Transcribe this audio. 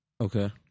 Okay